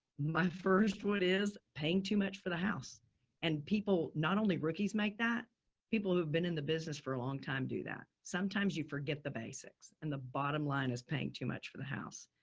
my first one is paying too much for the house and people, not only rookies make that people who've been in the business for a long time do that. sometimes you forget the basics and the bottom line is paying too much for the house.